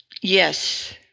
Yes